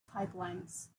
pipelines